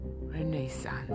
Renaissance